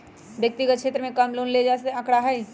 व्यक्तिगत क्षेत्र में कम लोन ले जाये के आंकडा हई